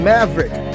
Maverick